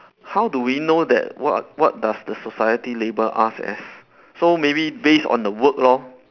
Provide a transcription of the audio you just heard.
how do we know that what what does the society label us as so maybe based on the work lor